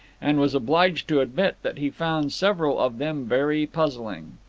and was obliged to admit that he found several of them very puzzling.